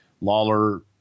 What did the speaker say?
Lawler